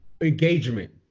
engagement